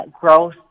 Growth